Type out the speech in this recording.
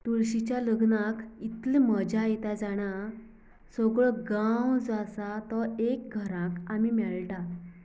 तुळशींच्या लग्नाक इतलें मज्या येता जाणां सगळो गांव जो आसा तो एक घरांक आमी मेळटात